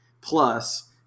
plus